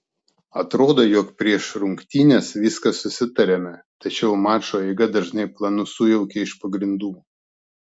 atrodo jog prieš rungtynes viską susitariame tačiau mačo eiga dažnai planus sujaukia iš pagrindų